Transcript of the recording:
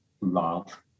love